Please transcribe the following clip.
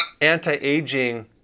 anti-aging